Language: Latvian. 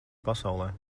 pasaulē